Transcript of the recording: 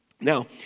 Now